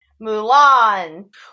Mulan